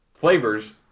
Flavors